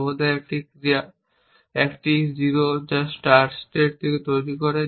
সর্বদা একটি ক্রিয়া একটি 0 যা স্টার্ট স্টেট তৈরি করে